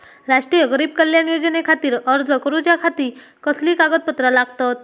राष्ट्रीय गरीब कल्याण योजनेखातीर अर्ज करूच्या खाती कसली कागदपत्रा लागतत?